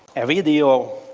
a video,